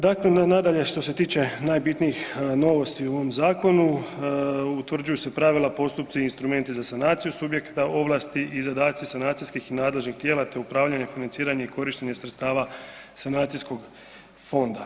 Dakle, na nadalje što se tiče najbitnijih novosti u ovom zakonu utvrđuju se pravila, postupci i instrumenti za sanaciju subjekta, ovlasti i zadaci sanacijskih nadležnih tijela te upravljanje, financiranje i korištenje sredstava sanacijskog fonda.